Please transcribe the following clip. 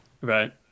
Right